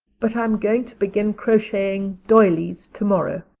but i'm going to begin crocheting doilies tomorrow.